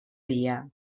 dia